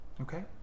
Okay